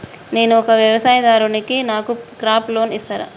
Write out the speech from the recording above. నేను ఒక వ్యవసాయదారుడిని నాకు క్రాప్ లోన్ ఇస్తారా?